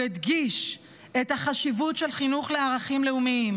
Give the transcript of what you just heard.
הוא הדגיש את החשיבות של חינוך לערכים לאומיים,